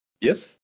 Yes